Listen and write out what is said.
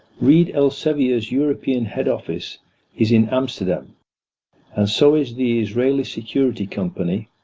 reed elsevier's european head-office is in amsterdam and so is the israeli security company